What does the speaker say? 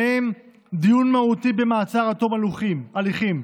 בקטגוריות שביניהן דיון מהותי במעצר עד תום הליכים,